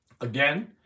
Again